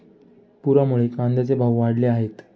पुरामुळे कांद्याचे भाव वाढले आहेत